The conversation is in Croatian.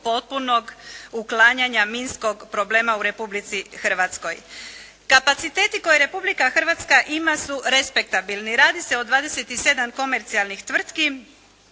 potpunog uklanjanja minskog problema u Republici Hrvatskoj. Kapaciteti koje Republika Hrvatska ima su respektabilni. Radi se o 27 komercijalnih tvrtki,